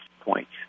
points